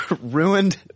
ruined